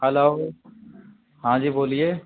hello ہاں جی بولیے